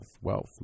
wealth